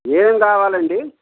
ఏమేమి కావాలండి